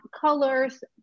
colors